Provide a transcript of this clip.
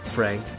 Frank